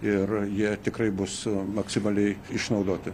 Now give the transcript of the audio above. ir jie tikrai bus maksimaliai išnaudoti